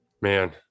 Man